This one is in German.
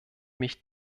mich